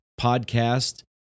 podcast